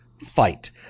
fight